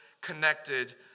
connected